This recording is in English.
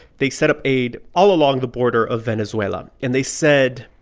they set up aid all along the border of venezuela and they said,